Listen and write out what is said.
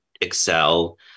excel